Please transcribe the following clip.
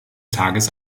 tages